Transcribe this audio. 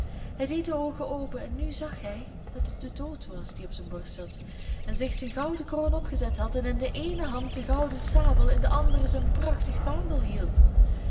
hij deed de oogen open en nu zag hij dat het de dood was die op zijn borst zat en zich zijn gouden kroon opgezet had en in de eene hand zijn gouden sabel in de andere zijn prachtig vaandel hield